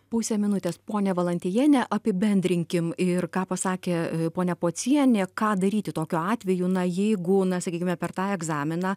pusė minutės ponia valantiejiene apibendrinkim ir ką pasakė ponia pocienė ką daryti tokiu atveju na jeigu na sakykime per tą egzaminą